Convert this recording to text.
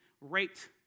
raped